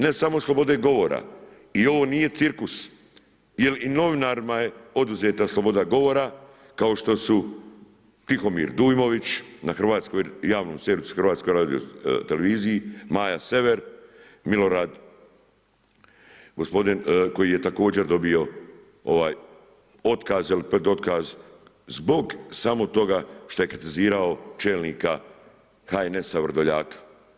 Ne samo slobode govora i ovo nije cirkus, jer i novinarima je oduzeta sloboda govora, kao što su Tihomir Dujmović na javnom servisu HRT, Maja Sever, Milorad, gospodin koji je također dobio ovaj otkaz ili pred otkaz, zbog samo toga što je kritizirao čelnika HNS-a Vrdoljaka.